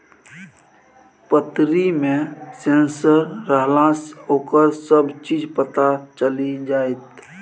पतरी मे सेंसर रहलासँ ओकर सभ चीज पता चलि जाएत